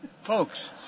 Folks